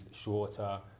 shorter